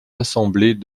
assemblées